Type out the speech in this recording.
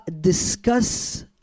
discuss